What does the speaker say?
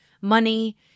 money